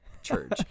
church